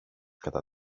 κατά